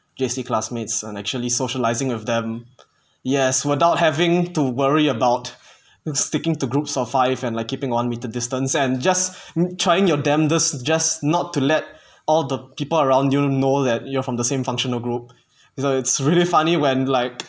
J_C classmates and actually socializing with them yes without having to worry about sticking to groups of five and like keeping one metre distance and just trying your damnedest just not to let all the people around you know that you're from the same functional group it's really funny when like